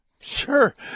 Sure